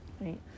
Right